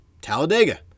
Talladega